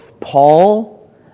Paul